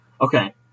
Okay